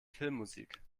filmmusik